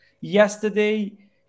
yesterday